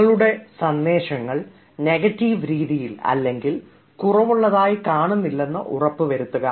നിങ്ങളുടെ സന്ദേശങ്ങൾ നെഗറ്റീവ് രീതിയിൽ അല്ലെങ്കിൽ കുറവുള്ളതായി കാണുന്നില്ലെന്ന് ഉറപ്പുവരുത്തുക